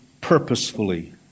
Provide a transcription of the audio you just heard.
purposefully